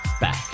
back